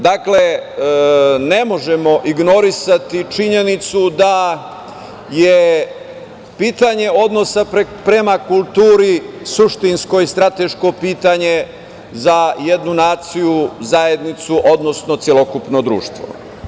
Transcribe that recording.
Dakle, ne možemo ignorisati činjenicu da je pitanje odnosa prema kulturi suštinsko i strateško pitanje za jednu naciju, zajednicu, odnosno celokupno društvo.